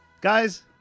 Guys